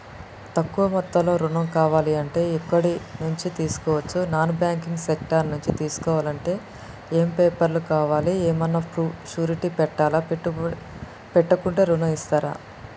తక్కువ మొత్తంలో ఋణం కావాలి అంటే ఎక్కడి నుంచి తీసుకోవచ్చు? నాన్ బ్యాంకింగ్ సెక్టార్ నుంచి తీసుకోవాలంటే ఏమి పేపర్ లు కావాలి? ఏమన్నా షూరిటీ పెట్టాలా? పెట్టకుండా ఋణం ఇస్తరా?